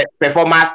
performance